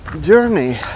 journey